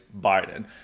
Biden